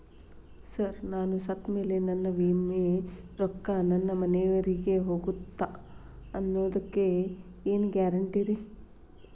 Sir ನಾನು ಸತ್ತಮೇಲೆ ನನ್ನ ವಿಮೆ ರೊಕ್ಕಾ ನನ್ನ ಮನೆಯವರಿಗಿ ಹೋಗುತ್ತಾ ಅನ್ನೊದಕ್ಕೆ ಏನ್ ಗ್ಯಾರಂಟಿ ರೇ?